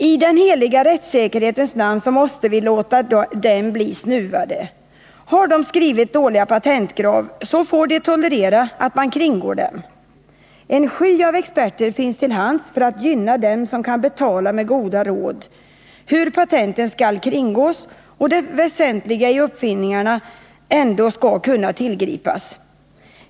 I den heliga rättssäkerhetens namn måste vi låta dem bli snuvade. Har de skrivit dåliga patentkrav, får de tolerera att man kringgår dem. En sky av experter finns till hands för att gynna dem som kan betala med goda råd om hur patenten skall kringgås samtidigt som det väsentliga i uppfinningarna ändå skall kunna tillgripas.